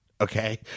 Okay